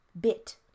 bit